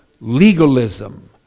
legalism